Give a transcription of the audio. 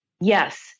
Yes